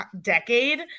decade